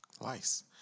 lice